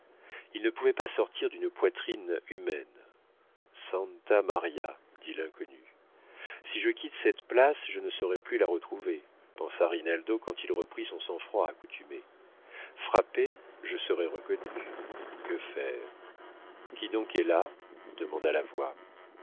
il ne pouvait pas sortir d'une poitrine humaine santa maria dit l'inconnu si je quitte cette place je ne saurai plus la retrouver pensa rinaldo quand il reprit son sang-froid accoutumé frapper je serai reconnu que faire qui donc est là demanda la voix